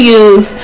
use